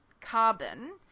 carbon